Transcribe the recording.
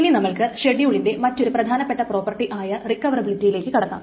ഇനി നമ്മൾക്ക് ഷെഡ്യൂളിന്റെ മറ്റൊരു പ്രധാനപ്പെട്ട പ്രോപ്പർട്ടി ആയ റിക്കവറബിളിറ്റിയിലേക്ക് കടക്കാം